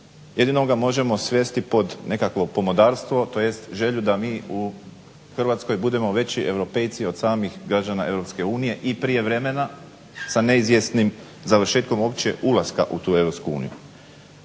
jedino ga možemo svesti pod nekakvo pomodarstvo tj. želju da mi u Hrvatskoj budemo veći europejci od samih građana EU i prijevremena sa neizvjesnim završetkom uopće ulaska u EU.